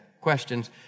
questions